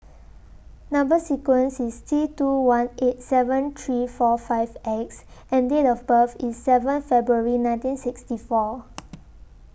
Number sequence IS T two one eight seven three four five X and Date of birth IS seventh February nineteen sixty four